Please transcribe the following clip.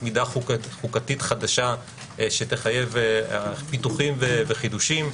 מידה חוקתית חדשה שתחייב פיתוחים וחידושים.